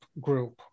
group